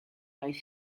oedd